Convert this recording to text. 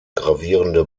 gravierende